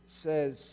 says